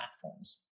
platforms